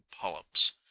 polyps